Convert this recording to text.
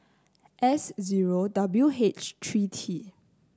S zero W H three T